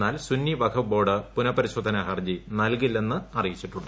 എന്നാൽ സുന്നി വഖഫ് ബോർഡ് പുനഃപരിശോധനാ ഹർജി നൽകില്ലെന്ന് അറിയിച്ചിട്ടുണ്ട്